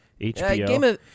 HBO